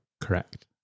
Correct